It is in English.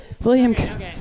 William